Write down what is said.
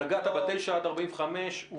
נגעת בתשעה עד 45 קילומטר.